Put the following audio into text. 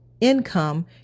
income